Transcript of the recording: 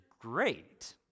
great